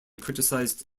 criticized